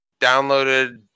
downloaded